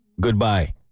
Goodbye